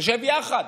תשב יחד?